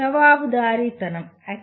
"జవాబుదారీతనం"